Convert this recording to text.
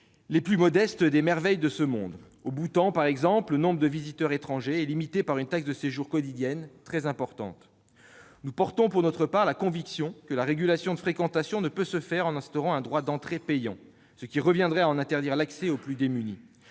remarquables et des merveilles de ce monde. Au Bhoutan, par exemple, le nombre de visiteurs étrangers est limité par une taxe de séjour quotidienne très importante. Nous portons, pour notre part, la conviction que la régulation de fréquentation ne peut se faire en instaurant un droit d'entrée payant, ce qui reviendrait à interdire l'accès de ces sites